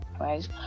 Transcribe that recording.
right